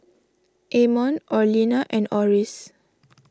Amon Orlena and Oris